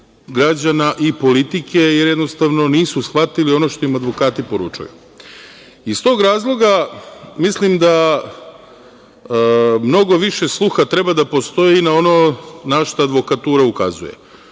građana i politike, jer jednostavno nisu shvatili ono što im advokati poručuju. Iz tog razloga mislim da mnogo više sluha treba da postoji na ono na šta advokatura ukazuje.